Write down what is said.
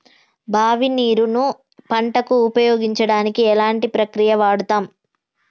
బావి నీరు ను పంట కు ఉపయోగించడానికి ఎలాంటి ప్రక్రియ వాడుతం?